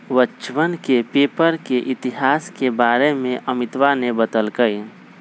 बच्चवन के पेपर के इतिहास के बारे में अमितवा ने बतल कई